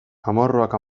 amorruak